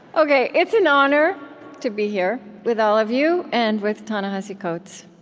ok, it's an honor to be here with all of you and with ta-nehisi coates.